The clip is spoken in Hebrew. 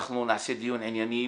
אנחנו נעשה דיון ענייני.